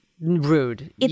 rude